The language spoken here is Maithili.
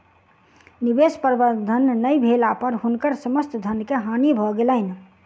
निवेश प्रबंधन नै भेला पर हुनकर समस्त धन के हानि भ गेलैन